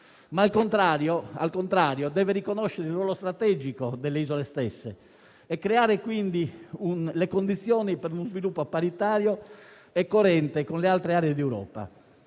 - al contrario - deve riconoscere il ruolo strategico delle isole stesse e creare le condizioni per uno sviluppo paritario e coerente con le altre aree d'Europa.